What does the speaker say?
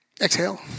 Exhale